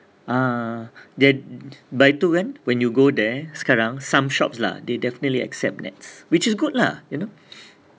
ah dia by two kan when you go there sekarang some shops lah they definitely accept Nets which is good lah you know